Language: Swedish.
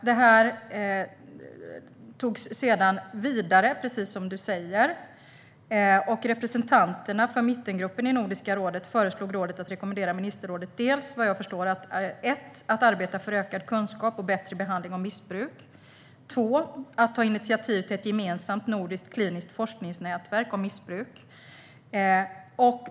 Detta togs sedan vidare, precis som Penilla Gunther säger. Representanterna för mittengruppen i Nordiska rådet föreslog rådet för det första att rekommendera ministerrådet att arbeta för ökad kunskap och bättre behandling av missbruk och för det andra att ta initiativ till ett gemensamt nordiskt kliniskt forskningsnätverk om missbruk.